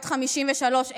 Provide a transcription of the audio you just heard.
בת 53,